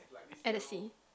at the sea